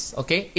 okay